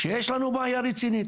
ויש לנו בעיה רצינית.